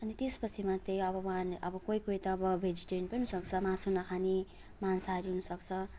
अनि त्यसपछि मात्रै अब उहाँहरूले अब कोही कोही त अब भेजिटेरियन पनि हुनसक्छ मासु नखाने मांसाहारी हुनुसक्छ